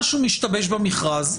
משהו משתבש במכרז,